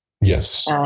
yes